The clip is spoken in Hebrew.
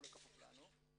הוא לא כפוף לנו,